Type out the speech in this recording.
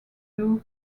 blue